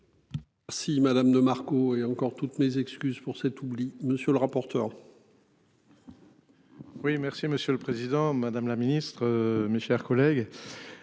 Si Madame de Marco et encore toutes mes excuses pour cet oubli monsieur le rapporteur. Oui, merci Monsieur le Président Madame la Ministre, mes chers collègues.